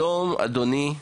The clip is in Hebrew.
שלום אדוני.